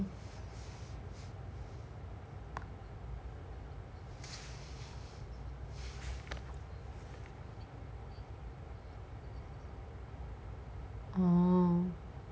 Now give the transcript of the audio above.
ugh